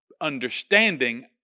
understanding